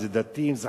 אם דתי ואם חרדי,